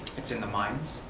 it is in the mines,